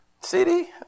city